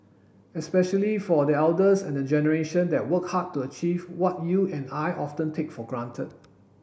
especially for the elders and the generation that worked hard to achieve what you and I often take for granted